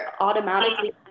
automatically